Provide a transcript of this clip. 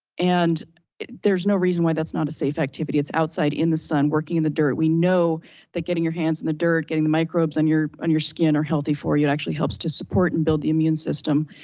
and there's no reason why that's not a safe activity. it's outside in the sun, working in the dirt. we know that getting your hands in the dirt, getting the microbes and on your skin are healthy for you. it actually helps to support and build the immune system.